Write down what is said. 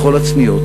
בכל הצניעות,